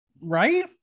Right